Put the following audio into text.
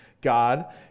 God